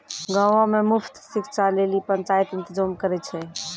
गांवो मे मुफ्त शिक्षा लेली पंचायत इंतजाम करै छै